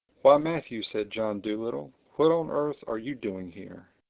why matthew! said john dolittle. what on earth are you doing here?